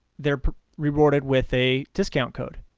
they are rewarded with a discount code.